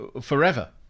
forever